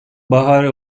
baharı